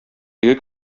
теге